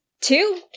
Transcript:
Two